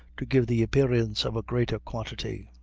to give the appearance of a greater quantity.